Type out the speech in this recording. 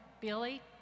Billy